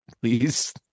please